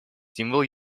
символ